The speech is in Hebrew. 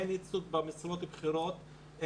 אין ייצוג במשרות הבכירות,